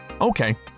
Okay